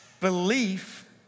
belief